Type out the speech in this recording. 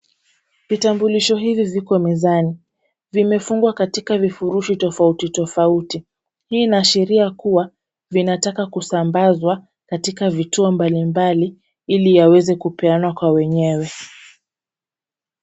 Vitambulisho hizi ziko mezani. Vimefungwa katika vifurushi tofauti tofauti. Hii inaashiria kuwa vinataka kusambazwa katika vituo mbalimbali ili yaweze kupeanwa kwa wenyewe.